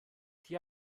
die